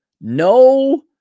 No